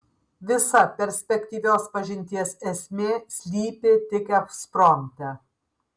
visa perspektyvios pažinties esmė slypi tik ekspromte